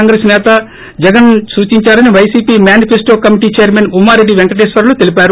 కాంగ్రెస్ నేత జగన్ సూచించారని వైసీపీ మేనిఫెన్లో కమిటీ చైర్మన్ ఉమ్మారెడ్డి పెంకటేశ్వర్లు తెలిపారు